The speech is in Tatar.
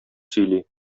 сөйли